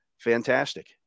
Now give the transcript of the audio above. fantastic